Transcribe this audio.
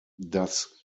das